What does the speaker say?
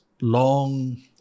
long